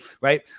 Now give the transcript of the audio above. Right